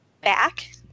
back